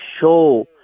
show